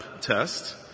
test